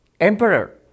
Emperor